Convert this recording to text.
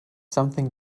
something